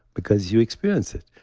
because you experience it.